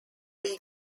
been